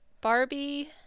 Barbie